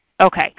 Okay